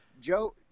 Joe